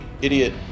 Idiot